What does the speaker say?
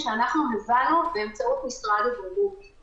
אנחנו מבינים ממשרד הבריאות שהם נמצאים